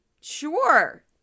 sure